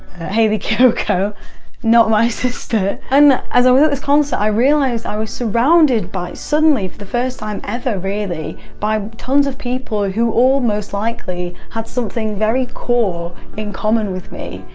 hayley kiyoko not my sister, and as i was at this concert i realised i was surrounded by, suddenly for the first time ever really, by tons of people who all most likely had something very core in common with me.